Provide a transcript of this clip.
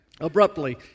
abruptly